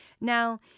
Now